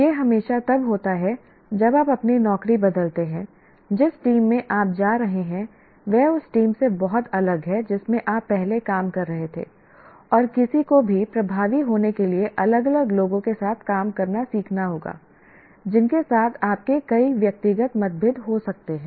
यह हमेशा तब होता है जब आप अपनी नौकरी बदलते हैं जिस टीम में आप जा रहे हैं वह उस टीम से बहुत अलग है जिसमें आप पहले काम कर रहे थे और किसी को भी प्रभावी होने के लिए अलग अलग लोगों के साथ काम करना सीखना होगा जिनके साथ आपके कई व्यक्तिगत मतभेद हो सकते हैं